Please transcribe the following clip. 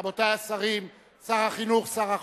רבותי השרים, שר החינוך, שר החוץ,